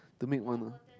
to make one ah